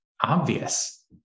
obvious